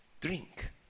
drink